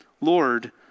Lord